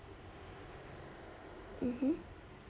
mmhmm